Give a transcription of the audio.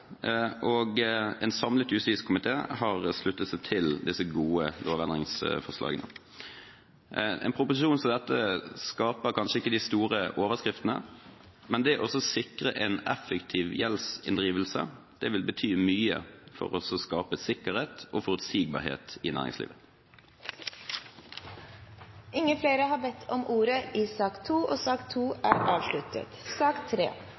og en samlet justiskomité har sluttet seg til disse gode lovendringsforslagene. En proposisjon som dette skaper kanskje ikke de store overskriftene, men det å sikre en effektiv gjeldsinndrivelse vil bety mye for å skape sikkerhet og forutsigbarhet i næringslivet. Flere har ikke bedt om ordet til sak